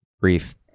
Brief